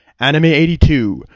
Anime82